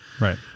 Right